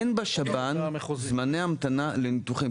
אין בשב"ן זמני המתנה לניתוחים.